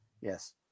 yes